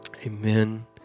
amen